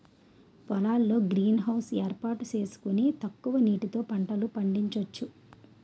పొలాల్లో greenhouse ఏర్పాటు సేసుకొని తక్కువ నీటితో పంటలు పండించొచ్చు